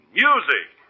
music